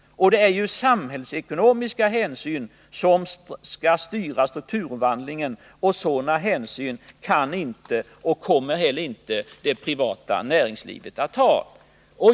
Det är ju samhällsekonomiska hänsyn som skall styra strukturomvandlingen. Sådana hänsyn kan inte och kommer heller inte det privata näringslivet att ta.